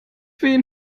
wen